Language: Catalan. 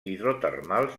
hidrotermals